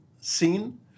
scene